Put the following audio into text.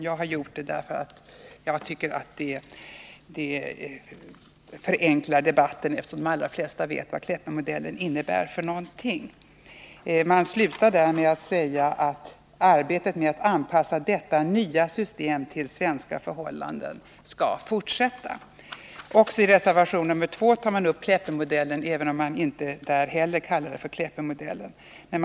Jag har använt det namnet därför att de allra flesta vet vad Kleppemodellen innebär. Man slutar med att säga, att arbetet med att anpassa detta nya system till svenska förhållanden skall fortsätta. I reservation 2 tar man också upp Kleppemodellen, även om man inte heller där använder det namnet.